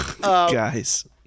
Guys